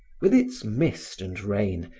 with its mist and rain,